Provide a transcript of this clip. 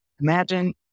Imagine